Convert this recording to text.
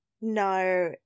No